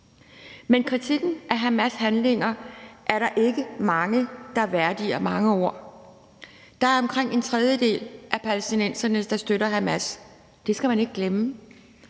Men kritikken af Hamas' handlinger er der ikke mange der værdiger mange ord. Der er omkring en tredjedel af palæstinenserne, der støtter Hamas. Det skal man ikke glemme.